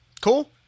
Cool